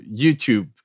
YouTube